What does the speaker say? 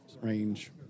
range